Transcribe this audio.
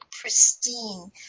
pristine